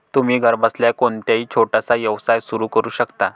तुम्ही घरबसल्या कोणताही छोटासा व्यवसाय सुरू करू शकता